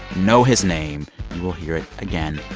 know his name. you will hear it again.